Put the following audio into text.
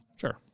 Sure